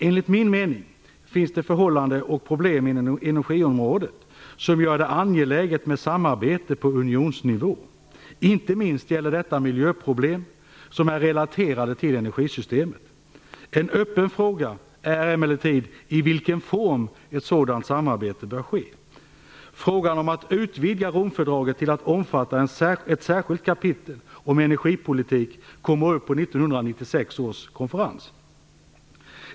Enligt min mening finns det förhållanden och problem inom energiområdet som gör det angeläget med samarbete på unionsnivå. Inte minst gäller detta miljöproblem som är relaterade till energisystemet. En öppen fråga är emellertid i vilken form ett sådant samarbete bör ske. Frågan om att utvidga Romfördraget till att omfatta ett särskilt kapitel om energipolitik kommer upp på 1996 års konferens.